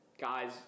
guys